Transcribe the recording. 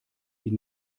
die